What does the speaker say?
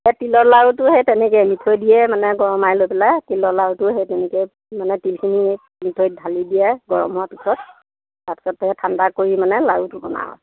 এ তিলৰ লাড়ুটো সেই তেনেকৈয়ে মিঠৈ দিয়েই মানে গৰমাই লৈ পেলাই তিলৰ লাড়ুটো সেই তেনেকৈয়ে মানে তিলখিনি মিঠৈত ঢালি দিয়ে গৰম হোৱাৰ পিছত তাৰপাছত সেই ঠাণ্ডা কৰি মানে লাড়ুটো বনাওঁ